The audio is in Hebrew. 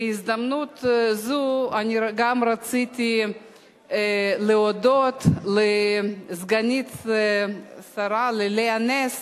בהזדמנות זו אני גם רציתי להודות לסגנית השר לאה נס